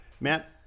Matt